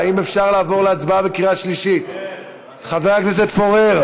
בשל חשש לגרימת זיהום אוויר חזק ובלתי סביר.